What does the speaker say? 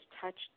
touched